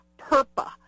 perpa